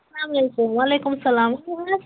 السلامُ علیکُم وعلیکُم السَلام